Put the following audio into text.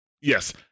yes